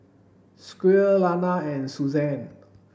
Squire Lana and Suzanne